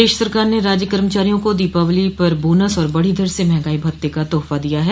प्रदेश सरकार ने राज्य कर्मचारियों को दीपावली पर बोनस और बढ़ी दर से महंगाई भत्ते का तोहफा दिया है